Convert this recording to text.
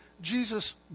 Jesus